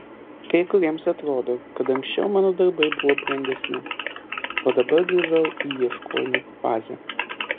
kai kuriems atrodo kad anksčiau mano darbai buvo brandesni o dabar grįžau į ieškojimų fazę